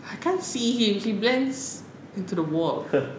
I can't see him he blends into the wall